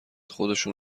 خودشون